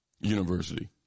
University